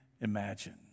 imagine